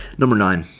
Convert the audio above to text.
number nine.